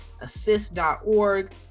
assist.org